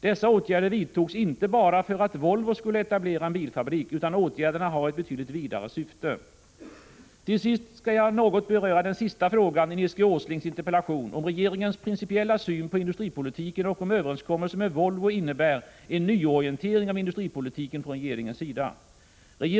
Dessa åtgärder vidtogs inte bara för att Volvo skulle etablera en bilfabrik, utan åtgärderna har ett betydligt vidare syfte. Till sist skall jag beröra den sista frågan i Nils G. Åslings interpellation, om regeringens principiella syn på industripolitiken och om överenskommelsen med Volvo innebär en nyorientering av industripolitiken från regeringens sida.